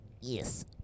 Yes